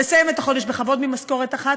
לסיים את החודש בכבוד ממשכורת אחת,